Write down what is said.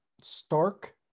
stark